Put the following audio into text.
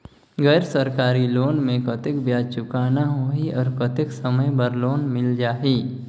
गैर सरकारी लोन मे कतेक ब्याज चुकाना होही और कतेक समय बर लोन मिल जाहि?